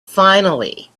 finally